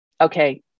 Okay